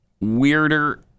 weirder